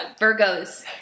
Virgos